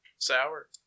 Sour